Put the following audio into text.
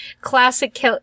Classic